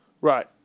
Right